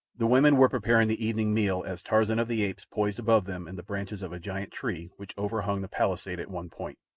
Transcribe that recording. the women were preparing the evening meal as tarzan of the apes poised above them in the branches of a giant tree which overhung the palisade at one point.